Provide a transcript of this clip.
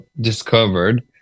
discovered